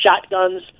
shotguns